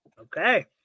Okay